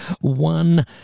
one